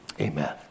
Amen